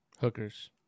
Hookers